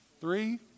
Three